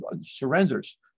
surrenders